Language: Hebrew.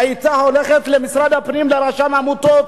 היתה הולכת למשרד הפנים, לרשם העמותות,